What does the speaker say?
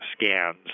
scans